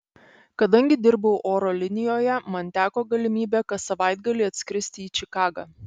kadangi dirbau oro linijoje man teko galimybė kas savaitgalį atskristi į čikagą